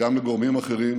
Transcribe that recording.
וגם לגורמים אחרים